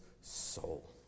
soul